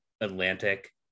Atlantic